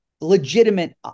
legitimate